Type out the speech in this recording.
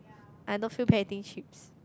I don't feel bad eating chips